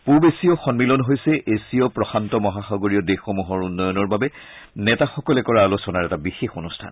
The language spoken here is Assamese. পুৱ এছীয় সম্মিলন হৈছে এছীয় প্ৰশান্ত মহাসাগৰীয় দেশসমূহৰ উন্নয়নৰ বাবে নেতাসকলে কৰা আলোচনাৰ এটা বিশেষ অনুষ্ঠান